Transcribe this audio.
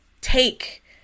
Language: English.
take